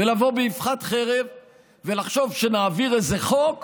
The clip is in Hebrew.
ולבוא באבחת חרב ולחשוב שנעביר איזה חוק